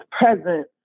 present